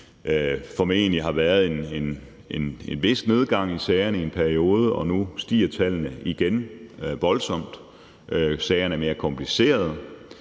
formentlig har været en vis nedgang i sagerne i en periode, og nu stiger tallene igen voldsomt, og sagerne er mere komplicerede